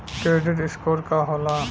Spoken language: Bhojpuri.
क्रेडीट स्कोर का होला?